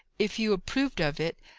if you approved of it,